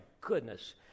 goodness